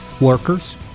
workers